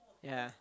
yeah